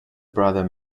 brother